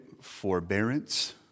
forbearance